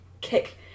kick